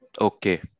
Okay